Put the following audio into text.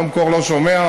אבשלום קור לא שומע,